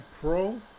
pro